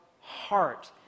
heart